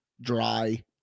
dry